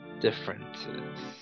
differences